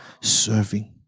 serving